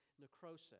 necrosis